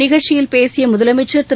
நிகழ்ச்சியில் பேசிய முதலமைச்சர் திரு